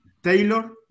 Taylor